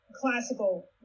classical